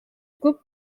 күп